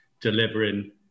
delivering